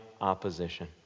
opposition